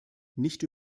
nicht